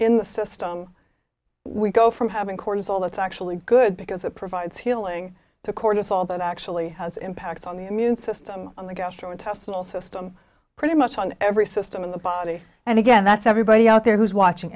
in the system we go from having cortisol that's actually good because it provides healing to cortisol that actually has impacts on the immune system on the gastrointestinal system pretty much on every system in the body and again that's everybody out there who's watching